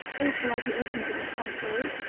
or shall i be open to the contrary?